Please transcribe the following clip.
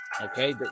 Okay